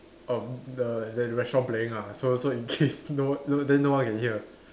of the that restaurant playing ah so so in case no then no one can hear